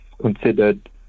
considered